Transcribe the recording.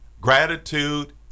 Gratitude